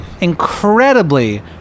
incredibly